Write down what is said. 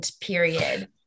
period